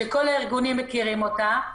שכל הארגונים מכירים אותה,